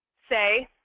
say,